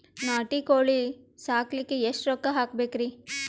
ನಾಟಿ ಕೋಳೀ ಸಾಕಲಿಕ್ಕಿ ಎಷ್ಟ ರೊಕ್ಕ ಹಾಕಬೇಕ್ರಿ?